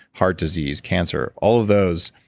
heart disease cancer, all of those,